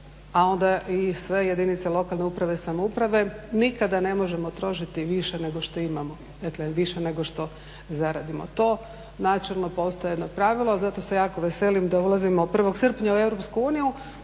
a onda i sve jedinice lokalne uprave i samouprave nikada ne možemo trošiti više nego što imamo, dakle više nego što zaradimo. To načelno postaje jedno pravilo, zato se jako veselim da ulazimo 1. srpnja u EU